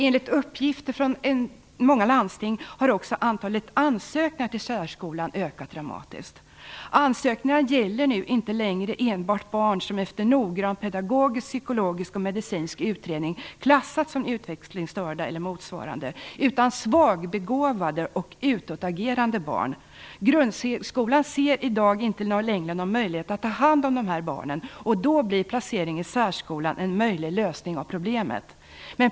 Enligt uppgifter från många landsting har också antalet ansökningar till särskolan ökat dramatiskt. Ansökningarna gäller nu inte längre enbart barn som efter noggrann pedagogisk, psykologisk och medicinsk prövning har klassats som utvecklingsstörda eller motsvarande utan svagbevågade och utåtagerande barn. Grundskolan ser i dag inte längre någon möjlighet att ta hand om dessa barn. Då blir placering i särskola en möjlig lösning av problemet.